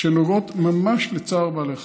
שנוגעות ממש לצער בעלי חיים.